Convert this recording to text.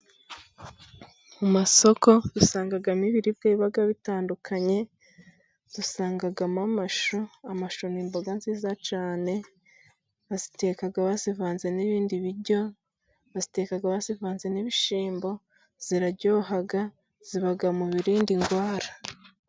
Mu masoko usangamo ibiribwa biba bitandukanye dusangamo amashu. Amashu n'imboga nziza cyane baziteka bazivanze n'ibindi biryo. baziteka bazivanze n'ibishyimbo ziraryoha zibaga mu birinda indwara.